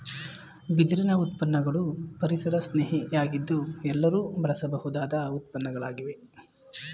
ಬಿದಿರಿನ ಉತ್ಪನ್ನಗಳು ಪರಿಸರಸ್ನೇಹಿ ಯಾಗಿದ್ದು ಎಲ್ಲರೂ ಬಳಸಬಹುದಾದ ಉತ್ಪನ್ನಗಳಾಗಿವೆ